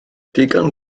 digon